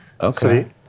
Okay